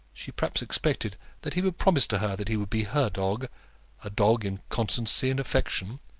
she perhaps expected that he would promise to her that he would be her dog a dog in constancy and affection